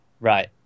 Right